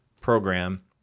program